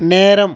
நேரம்